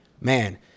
man